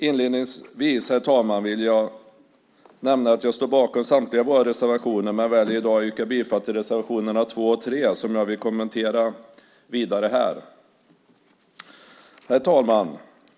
Inledningsvis, herr talman, vill jag nämna att jag står bakom samtliga våra reservationer men väljer i dag att yrka bifall till reservation 2 och 3 som jag vill kommentera vidare här. Herr talman!